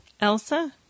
Elsa